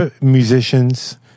Musicians